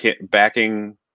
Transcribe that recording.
backing